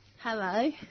Hello